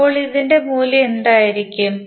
അപ്പോൾ ഇതിന്റെ മൂല്യം എന്തായിരിക്കും